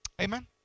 Amen